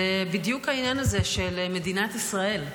זה בדיוק העניין הזה של מדינת ישראל,